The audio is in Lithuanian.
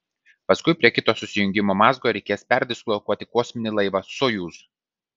paskui prie kito susijungimo mazgo reikės perdislokuoti kosminį laivą sojuz